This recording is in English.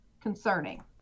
concerning